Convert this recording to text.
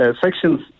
sections